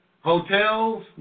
Hotels